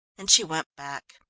and she went back.